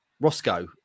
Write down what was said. Roscoe